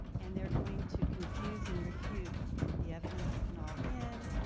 and they're going to confuse and refute that the evidence isn't all in,